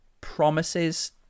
promises